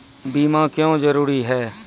बीमा क्यों जरूरी हैं?